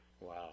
Wow